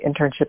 internship